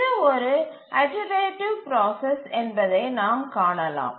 இது ஒரு iterative process என்பதை நாம் காணலாம்